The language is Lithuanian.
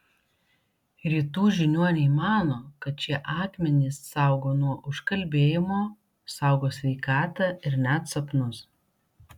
rytų žiniuoniai mano kad šie akmenys saugo nuo užkalbėjimo saugo sveikatą ir net sapnus